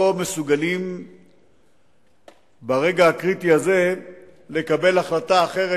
או מסוגלים ברגע הקריטי הזה לקבל החלטה אחרת,